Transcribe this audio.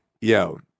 yo